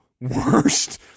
worst